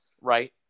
right